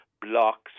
blocks